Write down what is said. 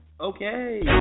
Okay